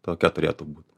tokia turėtų būt